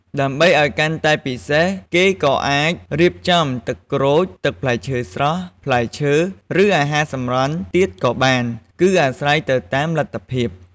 ដើម្បីឱ្យកាន់តែពិសេស គេក៏អាចរៀបចំ ទឹកក្រូច ទឹកផ្លែឈើស្រស់ ផ្លែឈើ ឬ អាហារសម្រន់ទៀតក៏បាន គឺអាស្រ័យទៅតាមលទ្ធភាព។